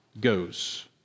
goes